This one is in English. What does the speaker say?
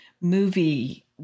movie